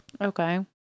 Okay